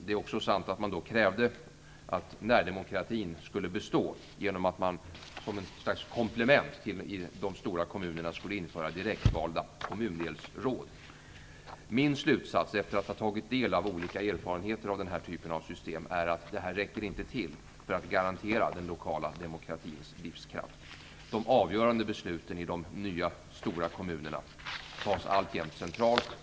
Det är också sant att man då krävde att närdemokratin skulle bestå genom att man som ett slags komplement till de stora kommunerna skulle införa direktvalda kommundelsråd. Min slutsats, efter att ha tagit del av olika erfarenheter av den här typen av system, är att detta inte räcker till för att garantera den lokala demokratins livskraft. De avgörande besluten i de nya stora kommunerna fattas alltjämt centralt.